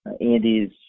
Andy's